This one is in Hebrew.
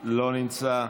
לא נמצא,